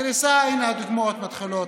הינה הדוגמאות מתחילות.